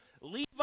Levi